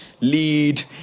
lead